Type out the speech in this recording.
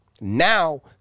Now